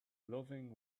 loving